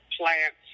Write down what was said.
plants